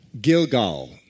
Gilgal